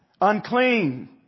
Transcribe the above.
Unclean